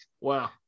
Wow